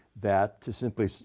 that to simply, so